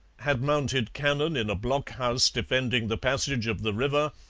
had mounted cannon in a blockhouse defending the passage of the river,